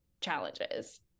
challenges